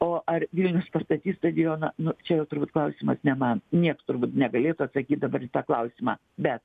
o ar vilnius pastatys stadioną nu čia jau turbūt klausimas ne man nieks turbūt negalėtų atsakyt dabar į tą klausimą bet